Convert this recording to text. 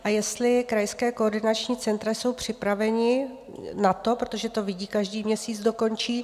A jestli krajská koordinační centra jsou připravena na to, protože to vidí každý měsíc, kdo končí?